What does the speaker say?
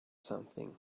something